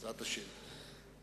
בעזרת השם.